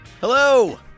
Hello